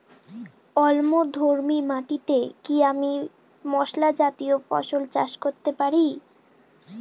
অম্লধর্মী মাটিতে কি আমি মশলা জাতীয় ফসল চাষ করতে পারি?